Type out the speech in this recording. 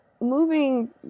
moving